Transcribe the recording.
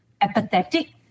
apathetic